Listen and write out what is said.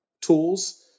tools